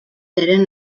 eren